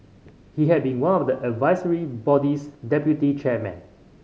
he had been one of the advisory body's deputy chairmen